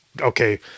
Okay